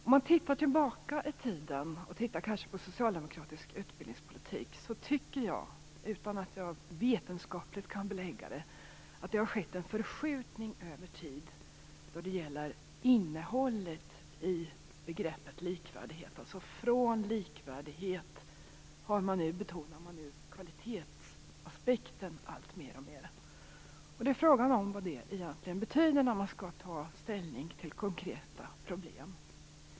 När jag tittar tillbaka i tiden på socialdemokratisk utbildningspolitik tycker jag, utan att jag vetenskapligt kan belägga det, att det har skett en förskjutning över tid när det gäller innehållet i begreppet likvärdighet. Från att ha betonat likvärdigheten betonar man nu kvalitetsaspekten alltmer. Frågan är vad det betyder när man skall ta ställning till konkreta problem.